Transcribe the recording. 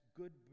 good